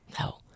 No